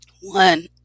one